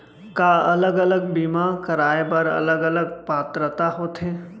का अलग अलग बीमा कराय बर अलग अलग पात्रता होथे?